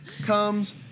comes